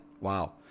wow